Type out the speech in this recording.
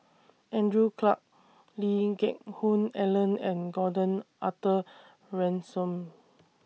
Andrew Clarke Lee Geck Hoon Ellen and Gordon Arthur Ransome